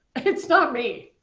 it's not me.